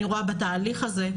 אני רואה בתהליך הזה,